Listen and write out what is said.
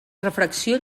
refracció